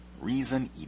reason